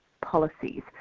policies